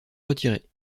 retiré